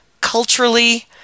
culturally